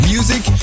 Music